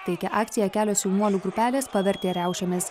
taikią akciją kelios jaunuolių grupelės pavertė riaušėmis